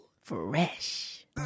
fresh